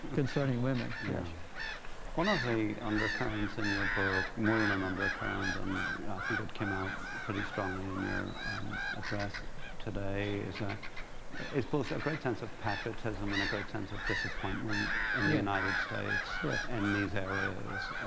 concerning women. yeah one of the undercurrents in your book, more than an undercurrent, and i think it came out pretty strongly in your address today is ah is both a great sense of patriotism and a great sense of disappointment and the united states in yeah and these areas